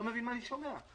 אני שומע.